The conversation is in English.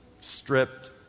stripped